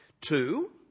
Two